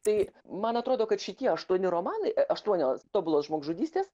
tai man atrodo kad šitie aštuoni romanai aštuonios tobulos žmogžudystės